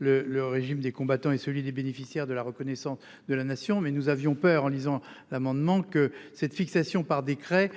le régime des combattants et celui des bénéficiaires de la reconnaissance de la nation, mais nous avions peur en lisant l'amendement que cette fixation par décret.